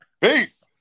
Peace